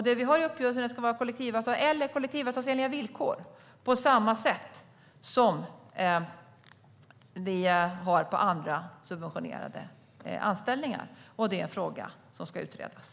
Det vi har i uppgörelsen är att det ska vara kollektivavtal eller kollektivavtalsenliga villkor på samma sätt som vi har på andra subventionerade anställningar. Det är en fråga som ska utredas.